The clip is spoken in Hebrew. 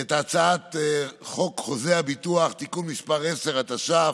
הצעת החוק חוזי הביטוח (תיקון מס' 10), התש"ף,